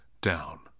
down